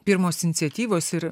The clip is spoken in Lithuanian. pirmos iniciatyvos ir